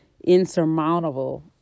insurmountable